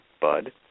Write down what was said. Bud